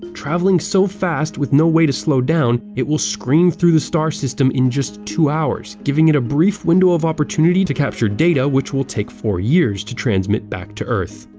traveling so fast, with no way to slow down, it will scream through the star system in just two hours, giving it a brief window of opportunity to capture data, which will take four years to transmit back to earth.